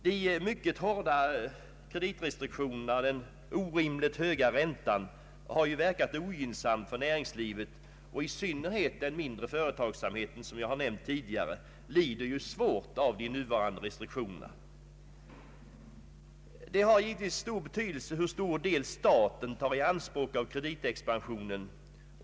De mycket hårda restriktionerna och den orimligt höga räntan har ju verkat ogynnsamt för näringslivet, och i synnerhet den mindre företagsamheten, som jag tidigare nämnt, lider ju svårt av de nuvarande restriktionerna. Det har givetvis stor betydelse hur stor del staten tar i anspråk av kreditexpansionen.